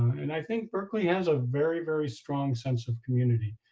and i think berkeley has a very, very strong sense of community,